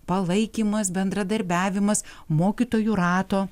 palaikymas bendradarbiavimas mokytojų rato